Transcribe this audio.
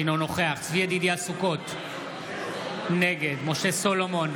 אינו נוכח צבי ידידיה סוכות, נגד משה סולומון,